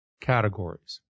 categories